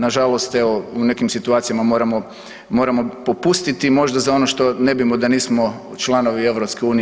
Na žalost evo u nekim situacijama moramo popustiti možda za ono što nebimo, da nismo članovi EU.